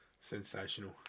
Sensational